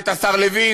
את השר לוין,